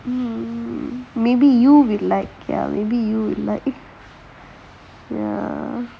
um maybe you will like ya maybe you like ya